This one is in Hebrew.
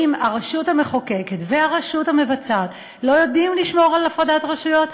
אם הרשות המחוקקת והרשות המבצעת לא יודעות לשמור על הפרדת רשויות,